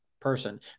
person